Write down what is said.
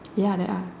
ya there are